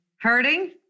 hurting